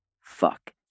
fuck